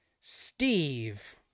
Steve